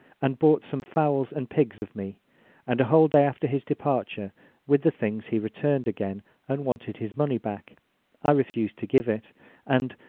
and bought some fowls and pigs of me and a whole day after his departure with the things he returned again and wanted his money back i refused to give it and,